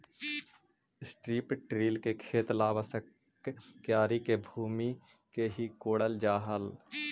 strip till में खेत ला आवश्यक क्यारी के भूमि के ही कोड़ल जा हई